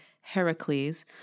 Heracles